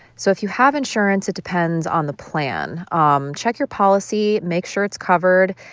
so if you have insurance, it depends on the plan. um check your policy, make sure it's covered.